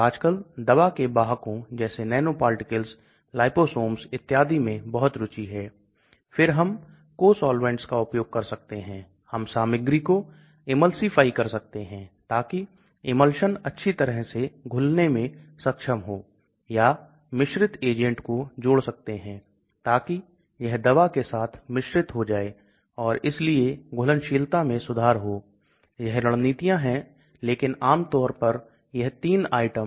इसलिए कम घुलनशीलता अवशोषण को सीमित करती है और निम्न मौखिक बायोअवेलेबिलिटी का कारण बनती है और निश्चित रूप से घुलनशीलता और पारगम्यता एक दूसरे का विरोध करती है मॉलिक्यूल के गुणों में इंट्रावेनस खुराक के लिए अच्छी घुलनशीलता का होना आवश्यक है क्योंकि जैसा कि मैंने पहले कहा था कि जब दवा को इंट्रावेनस के रूप में दिया जाता है तो यह अंदर एक ठोस रूप में नहीं हो सकता है इसको पूरी तरह से घुलना चाहिए